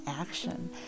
action